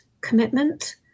commitment